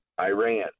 Iran